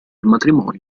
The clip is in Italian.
matrimonio